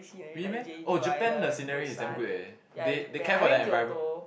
really meh oh Japan the scenery is damn good eh they they care for their environment